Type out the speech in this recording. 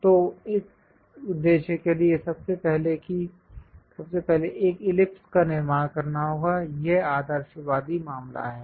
तो इस उद्देश्य के लिए सबसे पहले एक इलिप्स का निर्माण करना होगा यह आदर्शवादी मामला है